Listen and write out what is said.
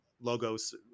logos